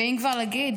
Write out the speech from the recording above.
ואם כבר להגיד,